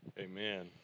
Amen